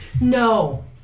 No